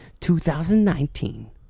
2019